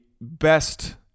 best